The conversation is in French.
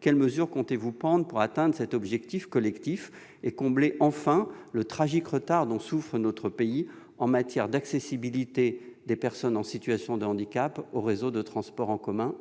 Quelles mesures comptez-vous prendre pour atteindre cet objectif collectif et combler enfin le tragique retard dont souffre notre pays en matière d'accessibilité des personnes en situation de handicap au réseau de transports en commun ?